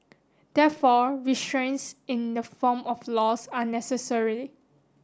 therefore restraints in the form of laws are necessary